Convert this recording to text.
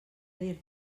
dir